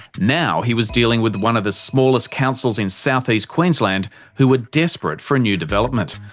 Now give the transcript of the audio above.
now he was dealing with one of the smallest councils in south-east queensland who were desperate for a new development.